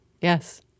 Yes